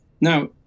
now